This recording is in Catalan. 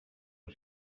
per